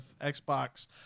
xbox